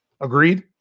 Agreed